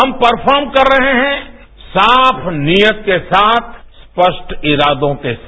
हम परफार्म कर रहे हैं साफ नीयत के साथ स्पष्ट इरादों के साथ